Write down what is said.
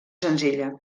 senzilla